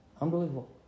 Unbelievable